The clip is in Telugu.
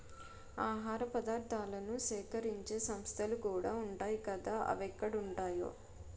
ఆహార పదార్థాలను సేకరించే సంస్థలుకూడా ఉంటాయ్ కదా అవెక్కడుంటాయో